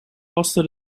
waste